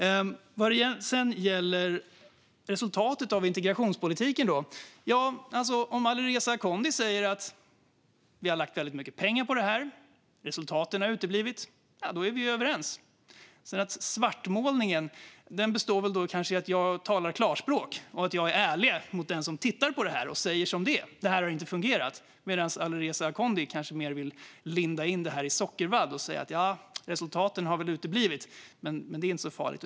Om Alireza Akhondi när det gäller resultatet av integrationspolitiken säger att vi har lagt väldigt mycket pengar på detta men att resultaten har uteblivit, ja, då är vi ju överens. Det han sedan kallar svartmålning kanske består i att jag talar klarspråk och är ärlig mot den som tittar på den här debatten. Jag är ärlig och säger som det är, nämligen att detta inte har fungerat. Alireza Akhondi kanske hellre vill linda in detta i sockervadd och säga: "Nja, resultaten har väl uteblivit, men det är inte så farligt.